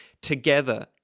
together